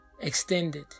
extended